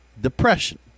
depression